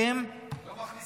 לא מכניסים,